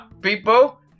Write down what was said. people